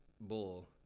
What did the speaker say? Bull